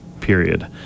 period